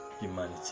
humanity